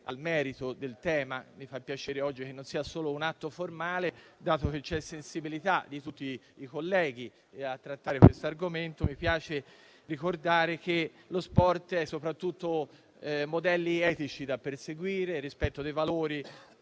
oggetto e mi fa piacere che quello odierno non sia solo un atto formale. Dato che c'è la sensibilità da parte di tutti i colleghi di trattare questo argomento, mi piace ricordare che lo sport è soprattutto modelli etici da perseguire, rispetto dei valori,